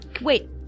Wait